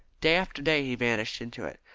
day after day he vanished into it,